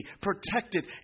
protected